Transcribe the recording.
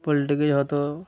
পোলট্রিকে যত